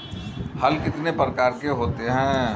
हल कितने प्रकार के होते हैं?